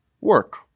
work